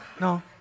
no